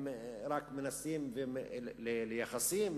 ליחסים,